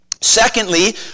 Secondly